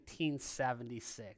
1976